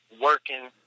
working